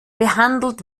behandelt